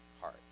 heart